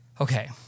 Okay